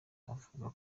avuga